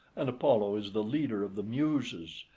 and apollo is the leader of the muses,